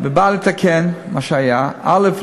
הבאה לתקן למה שהיה, א.